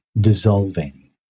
dissolving